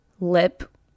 lip